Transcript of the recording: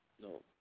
No